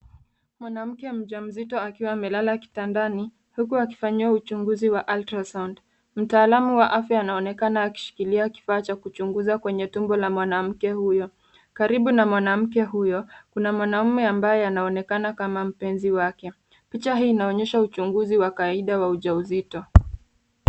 Mwanamke mjamzito akiwa amelala kitandani huku akifanyiwa uchunguzi wa ultra sound .Mtaalamu wa afya anaonekana ameshikilia kifaa cha kuchunguza kwenye tumbo la mwanamke huyo. Karibu na mwanamke huyo kuna mwanaume ambaye anaonekana kama mpenzi wake. Picha hii inaonyesha uchunguzi wa wa ujauzito.